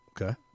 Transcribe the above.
Okay